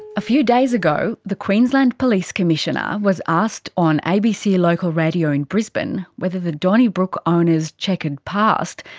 a few days ago, the queensland police commissioner was asked on abc local radio in brisbane whether the donnybrook owner's checkered past,